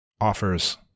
offers